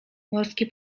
morskie